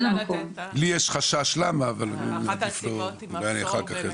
אולי אחר כך.